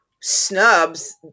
Snubs